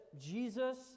Jesus